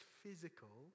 physical